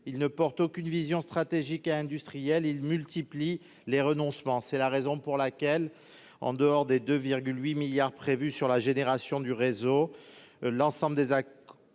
ne porte aucune vision stratégique et industrielle, et multiplie les renoncements. C'est la raison pour laquelle, au-delà des 2,8 milliards d'euros prévus sur la régénération du réseau, l'ensemble des acteurs